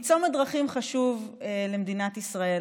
היא צומת דרכים חשוב למדינת ישראל.